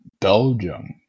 Belgium